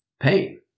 pain